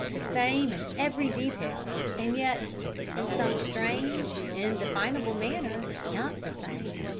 the same in every detail, and yet in some strange, indefinable manner not the same.